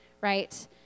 right